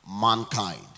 Mankind